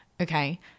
okay